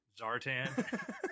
Zartan